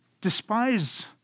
despise